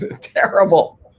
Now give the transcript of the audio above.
terrible